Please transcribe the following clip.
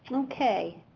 ok,